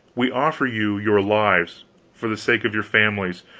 we offer you your lives for the sake of your families,